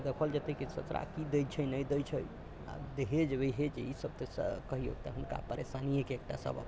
आ देखल जेतै ससुरा कि दै छै नहि दै छै आ दहेज वहेज इसभ तऽ सभ कहियौ हुनका एकटा परेशानियेके सबब छै